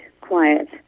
quiet